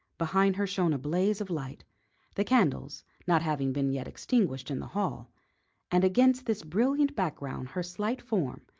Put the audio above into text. behind her shone a blaze of light the candles not having been yet extinguished in the hall and against this brilliant background her slight form,